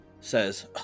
says